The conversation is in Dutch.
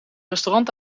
restaurant